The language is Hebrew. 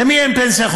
למי אין פנסיה?